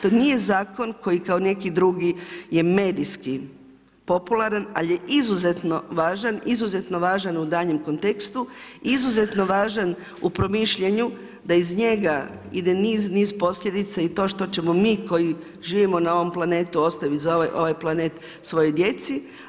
To nije zakon koji kao neki drugi je medijski popularan, ali je izuzetno važan, izuzetno važan u daljnjem kontekstu, izuzetno važan u promišljanju da iz njega ide niz, niz posljedica i to što ćemo mi koji živimo na ovom planetu ostaviti za ovaj planet svojoj djeci.